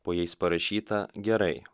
po jais parašyta gerai